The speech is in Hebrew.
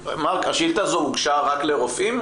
השאילתה הזאת הוגשה רק לרופאים?